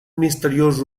misteriós